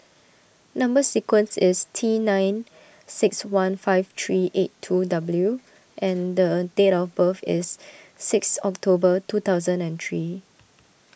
Number Sequence is T nine six one five three eight two W and a date of birth is six October two thousand and three